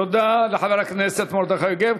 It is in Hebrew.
תודה לחבר הכנסת מרדכי יוגב.